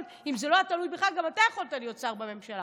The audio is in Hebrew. גם אתה יכולת להיות שר בממשלה.